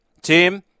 Tim